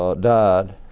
ah died